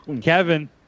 Kevin